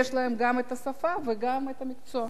יש להם גם את השפה וגם את המקצוע.